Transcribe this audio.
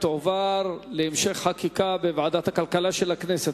היא תועבר להמשך חקיקה בוועדת הכלכלה של הכנסת,